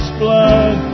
blood